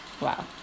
Wow